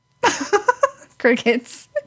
Crickets